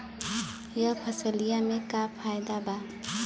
यह फसलिया में का फायदा बा?